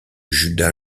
juda